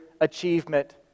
achievement